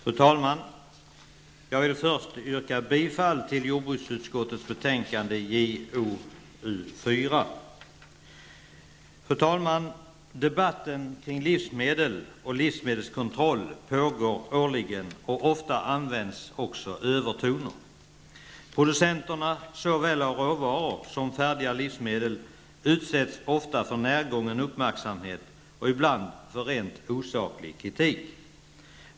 Fru talman! Jag vill först yrka bifall till jordbruksutskottets hemställan i betänkande JoU4. Debatten kring livsmedel och livsmedelskontroll pågår årligen, och ofta används också övertoner. Producenterna av såväl råvaror som färdiga livsmedel utsätts ofta för närgången uppmärksamhet och ibland för rent osaklig kritik.